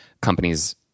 companies